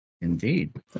Indeed